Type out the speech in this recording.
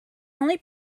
only